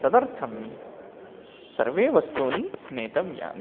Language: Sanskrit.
तदर्थं सर्वे वस्तूनि नेतव्यानि